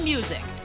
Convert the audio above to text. Music